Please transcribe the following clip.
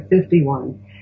51